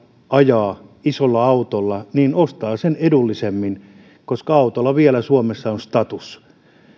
ajaa isolla autolla ostaa sen edullisemmin koska autolla vielä suomessa on status